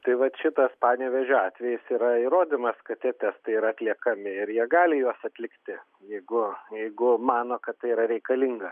tai vat šitas panevėžio atvejis yra įrodymas kad tie testai yra atliekami ir jie gali juos atlikti jeigu jeigu mano kad tai yra reikalinga